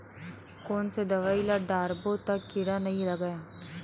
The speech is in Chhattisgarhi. कोन से दवाई ल डारबो त कीड़ा नहीं लगय?